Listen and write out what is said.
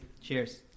cheers